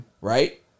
right